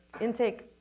intake